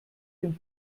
dem